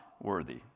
worthy